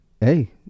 Hey